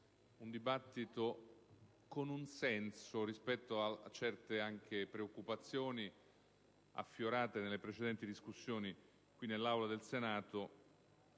Grazie,